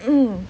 mm